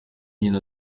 nkino